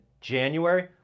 January